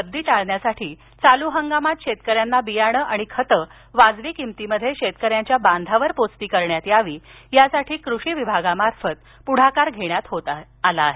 गर्दी टाळण्यासाठी चालू हंगामात शेतकऱ्याना बियाणे आणि खते वाजवी किंमतीत शेतकऱ्याच्या बांधावर पोचती करण्यात यावी या साठी कृषी विभागामार्फत पुढाकार घेण्यात आला आहे